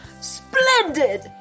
Splendid